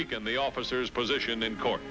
weaken the officers position in court